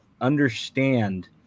understand